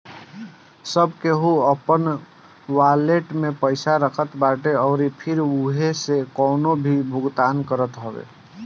सब केहू अपनी वालेट में पईसा रखत बाटे अउरी फिर उहवा से कवनो भी भुगतान करत हअ